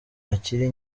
akiri